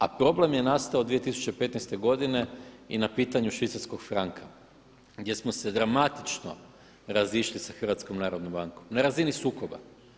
A problem je nastao 2015. godine i na pitanju švicarskog franka gdje smo se dramatično razišli sa HNB-om, na razini sukoba.